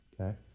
Okay